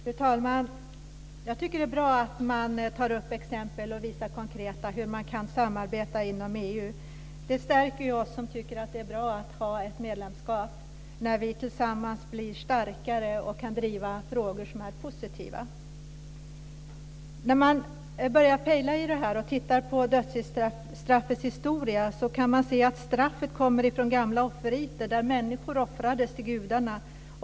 Fru talman! Jag tycker att det är bra att man tar upp exempel och visar konkret hur man kan samarbeta inom EU. Det stärker ju oss som tycker att det är bra att ha ett medlemskap när vi tillsammans blir starkare och kan driva frågor som är positiva. När man börjar titta på dödsstraffets historia kan man se att straffet kommer från gamla offerriter där människor offrades till gudarna.